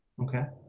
okay,